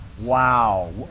wow